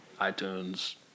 iTunes